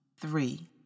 Three